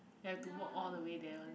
have to walk all the way there one